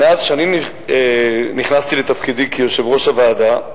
מאז שאני נכנסתי לתפקידי כיושב-ראש הוועדה,